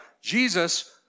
Jesus